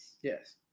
yes